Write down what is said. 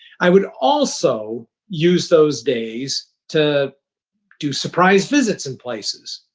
i would also use those days to do surprise visits in places.